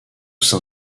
sein